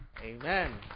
Amen